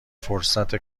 فرصت